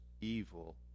evil